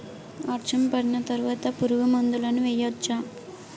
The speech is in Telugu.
వర్షం పడిన తర్వాత పురుగు మందులను వేయచ్చా?